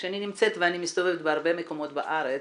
כשאני נמצאת ואני מסתובבת בהרבה מקומות בארץ,